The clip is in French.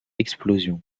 explosion